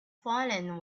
fallen